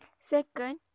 Second